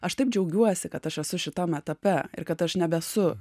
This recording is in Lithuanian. aš taip džiaugiuosi kad aš esu šitam etape ir kad aš nebesu